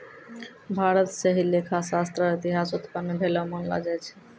भारत स ही लेखा शास्त्र र इतिहास उत्पन्न भेलो मानलो जाय छै